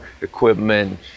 equipment